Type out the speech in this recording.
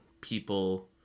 people